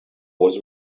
was